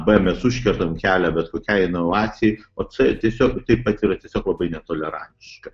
b mes užkertam kelią bet kokiai inovacijai o c tiesiog taip pat yra tiesiog labai netolerantiška